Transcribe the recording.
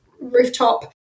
rooftop